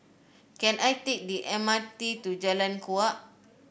can I take the M R T to Jalan Kuak